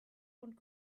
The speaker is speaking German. und